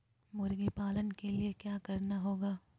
मुर्गी पालन के लिए क्या करना होगा?